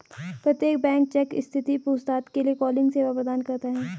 प्रत्येक bank check स्थिति पूछताछ के लिए कॉलिंग सेवा प्रदान करता हैं